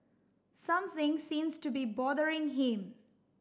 something seems to be bothering him